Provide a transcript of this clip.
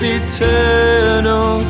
eternal